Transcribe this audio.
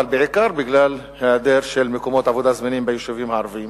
אבל בעיקר בגלל היעדר מקומות עבודה זמינים ביישובים הערביים.